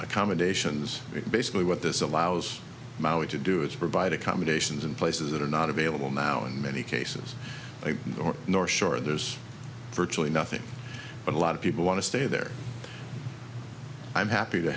accommodations basically what this allows maui to do is provide accommodations in places that are not available now in many cases or north shore there's virtually nothing but a lot of people want to stay there i'm happy to